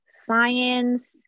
science